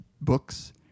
books